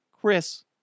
Chris